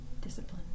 Discipline